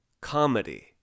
comedy